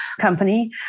company